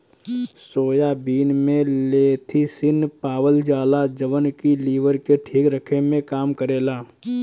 soybean में lecithin पावल जाला जवन की लीवर के ठीक रखे में काम करेला